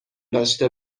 داشته